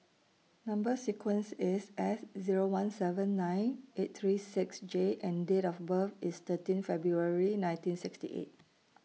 Number sequence IS S Zero one seven nine eight three six J and Date of birth IS thirteen February nineteen sixty eight